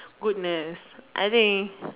goodness I think